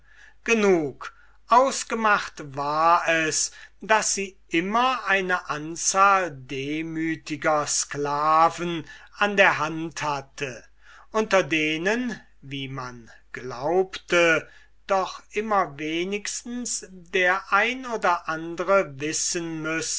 genug ausgemacht war es daß sie immer eine anzahl demütiger sclaven an der hand hatte unter denen wie man glaubte doch immer wenigstens der eine oder andre wissen